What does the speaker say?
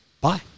Bye